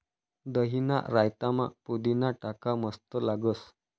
दहीना रायतामा पुदीना टाका मस्त लागस